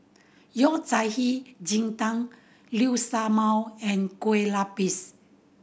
Yao Cai Hei Ji Tang Liu Sha Bao and Kueh Lapis